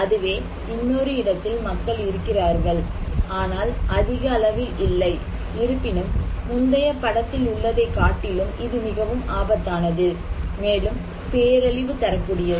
அதுவே இன்னொரு இடத்தில் மக்கள் இருக்கிறார்கள் ஆனால் அதிக அளவில் இல்லை இருப்பினும் முந்தையப் படத்தில் உள்ளதை காட்டிலும் இது மிகவும் ஆபத்தானது மேலும் பேரழிவு தரக்கூடியது